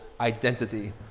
identity